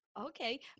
Okay